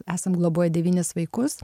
esam globoję devynis vaikus